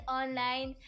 online